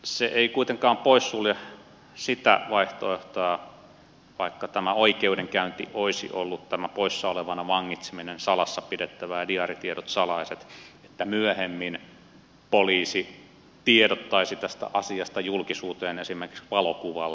se ei kuitenkaan poissulje sitä vaihtoehtoa vaikka tämä oikeudenkäynti olisi ollut tämä poissaolevana vangitseminen salassa pidettävää diaaritiedot salaiset että myöhemmin poliisi tiedottaisi tästä asiasta julkisuuteen esimerkiksi valokuvalla